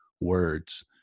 words